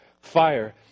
fire